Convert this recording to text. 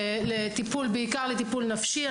בעיקר לטיפול נפשי.